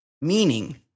meaning